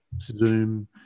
zoom